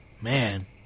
man